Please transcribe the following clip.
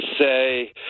say